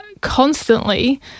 constantly